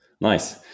Nice